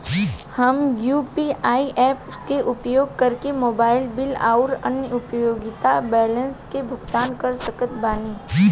हम UPI apps के उपयोग करके मोबाइल बिल आउर अन्य उपयोगिता बिलन के भुगतान कर सकत बानी